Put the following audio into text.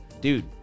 Dude